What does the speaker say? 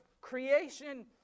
creation